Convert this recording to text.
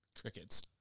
Crickets